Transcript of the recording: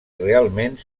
realment